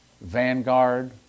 Vanguard